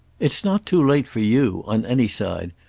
it's not too late for you, on any side,